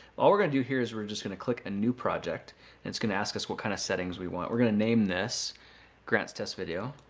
all we're going to do here is we're just going to click a new project and it's going to ask us what kind of settings we want. we're going to name this grant's test video.